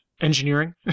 engineering